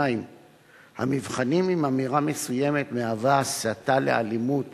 2. המבחנים אם אמירה מסוימת מהווה הסתה לאלימות